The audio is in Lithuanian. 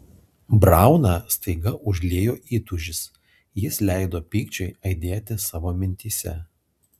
brauną staiga užliejo įtūžis jis leido pykčiui aidėti savo mintyse